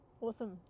Awesome